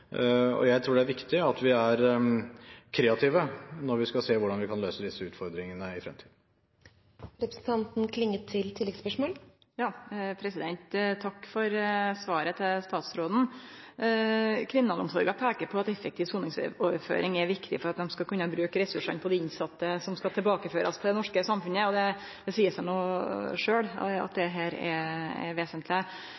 Jeg tror det viktig at vi er kreative når vi skal se på hvordan vi kan løse disse utfordringene i fremtiden. Takk for svaret til statsråden. Kriminalomsorga peiker på at effektiv soningsoverføring er viktig for at dei skal kunne bruke ressursane på dei innsette som skal tilbakeførast til det norske samfunnet. Det seier seg sjølv at dette er vesentleg. Det